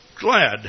glad